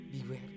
Beware